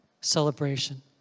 celebration